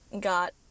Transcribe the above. got